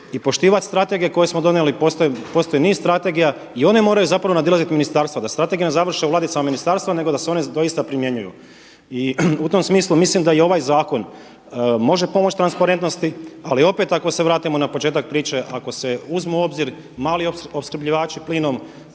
i poštivati strategije koje smo donijeli. Postoji niz strategija i one moraju nadilaziti ministarstva da strategije ne završe u ladicama ministarstva nego se da se one doista primjenjuju. I u tom smislu mislim da i ovaj zakon može pomoći transparentnosti, ali opet ako se vratimo na početak priče, ako se uzmu u obzir mali opskrbljivači plinom